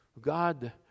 God